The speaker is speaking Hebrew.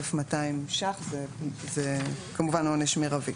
29,200 שקלים, זה כמובן עונש מרבי.